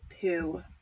poo